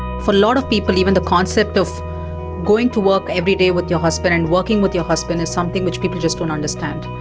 for a lot of people even the concept of going to work every day with your husband and working with your husband is something which people just don't understand.